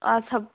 ꯁꯞ